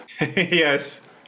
yes